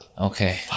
Okay